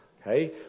Okay